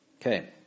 Okay